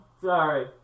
sorry